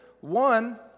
one